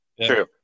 True